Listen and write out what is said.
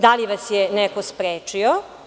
Da li vas je neko sprečio?